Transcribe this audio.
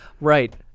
right